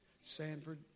Sanford